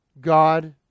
god